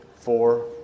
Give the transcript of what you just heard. four